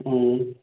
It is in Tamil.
ம்